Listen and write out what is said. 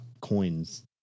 coins